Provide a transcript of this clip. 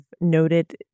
noted